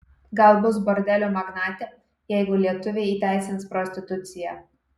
gal bus bordelių magnatė jeigu lietuviai įteisins prostituciją